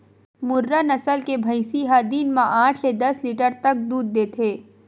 मुर्रा नसल के भइसी ह दिन म आठ ले दस लीटर तक दूद देथे